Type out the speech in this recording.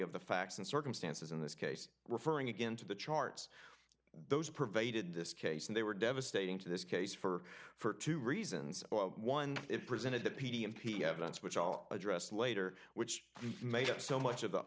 of the facts and circumstances in this case referring again to the charts those pervaded this case and they were devastating to this case for for two reasons one it presented the p t p evidence which i'll address later which made it so much of the